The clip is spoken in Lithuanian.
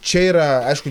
čia yra aišku